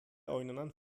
oynanan